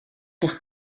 ligt